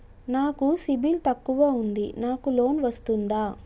నాకు సిబిల్ తక్కువ ఉంది నాకు లోన్ వస్తుందా?